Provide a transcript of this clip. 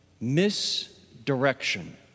Misdirection